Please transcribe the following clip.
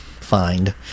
find